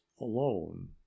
alone